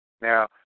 Now